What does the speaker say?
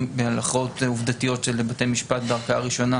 בהלכות עובדתיות של בתי משפט בערכאה ראשונה